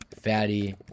fatty